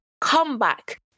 comeback